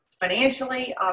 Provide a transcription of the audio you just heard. financially